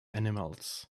animals